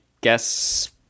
guess